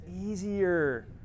easier